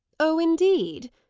oh, indeed!